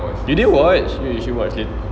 you didn't watch you should watch it